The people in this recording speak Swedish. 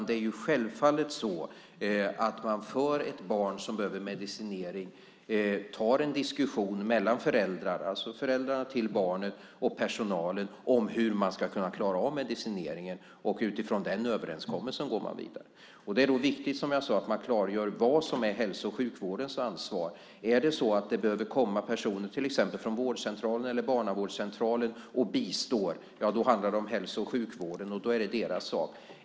Det är självfallet så att man för ett barn som behöver medicinering tar en diskussion mellan föräldrarna till barnet och personalen om hur man ska kunna klara av medicinering. Utifrån den överenskommelsen går man vidare. Det är viktigt, som jag sade, att man klargör vad som är hälso och sjukvårdens ansvar. Behöver det komma personer, till exempel från vårdcentralen eller barnavårdscentralen, och bistå? Då handlar det om hälso och sjukvården. Då är det deras sak.